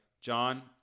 John